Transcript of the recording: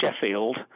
Sheffield